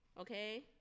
Okay